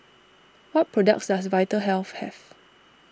what products does Vitahealth have